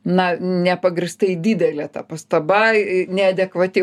na nepagrįstai didelė ta pastaba neadekvati